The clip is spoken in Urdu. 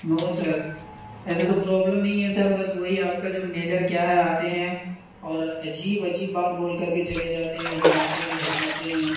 نو سر ایسے تو پرابلم نہیں ہے سر بس وہی آپ کا جو منییجر کیا ہے آتے ہیں اور عجیب عجیب بات بول کر کے چلے جاتے ہیں ڈراتے ہیں دھمکاتے ہیں